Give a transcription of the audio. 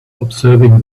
observing